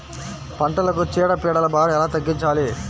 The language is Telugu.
పంటలకు చీడ పీడల భారం ఎలా తగ్గించాలి?